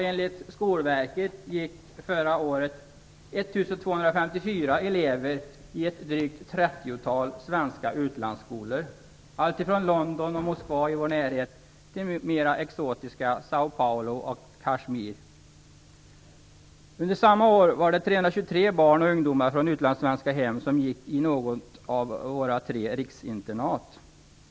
Enligt Skolverket gick förra året 1 254 elever i svenska utlandsskolor - drygt trettiotalet skolor rör det sig om, alltifrån London och Moskva i vår närhet till mera exotiska platser som S ão Paulo och Under samma år var det 323 barn och ungdomar från utlandssvenska hem som gick på något av våra tre riksinternat.